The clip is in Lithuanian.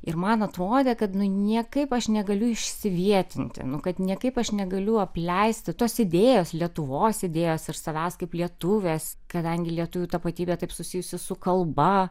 ir man atrodė kad niekaip aš negaliu išsivietinti nu kad niekaip aš negaliu apleisti tos idėjos lietuvos idėjos ir savęs kaip lietuvės kadangi lietuvių tapatybė taip susijusi su kalba